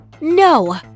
No